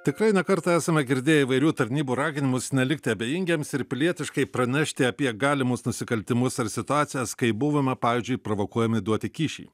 tikrai ne kartą esame girdėję įvairių tarnybų raginimus nelikti abejingiems ir pilietiškai pranešti apie galimus nusikaltimus ar situacijas kai buvome pavyzdžiui provokuojami duoti kyšį